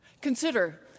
Consider